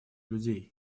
людей